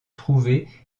trouver